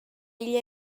igl